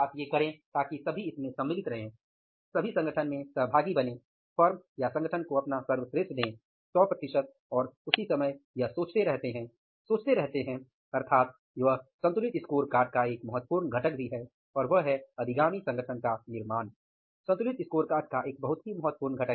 अर्थात ये करें ताकि सभी इसमें सम्मिलित रहे सभी संगठन में सहभागी बनें फर्म या संगठन को अपना सर्वश्रेष्ठ दे सौ प्रतिशत और उसी समय यह सोचते रहते हैं सोचते रहते हैं अर्थात वह संतुलित स्कोरकार्ड का एक महत्वपूर्ण घटक भी है और वह है अधिगामी संगठन का निर्माण